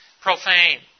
profane